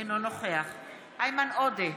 אינו נוכח איימן עודה,